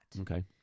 Okay